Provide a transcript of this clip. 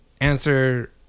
answer